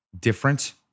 different